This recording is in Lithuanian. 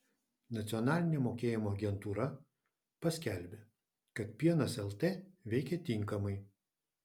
nacionalinė mokėjimo agentūra paskelbė kad pienas lt veikia tinkamai